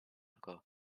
ago